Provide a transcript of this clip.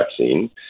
vaccine